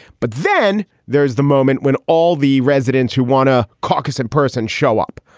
but then there is the moment when all the residents who want to caucus in person show up.